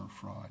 fraud